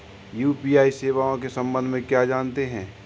UPI सेवाओं के संबंध में क्या जानते हैं?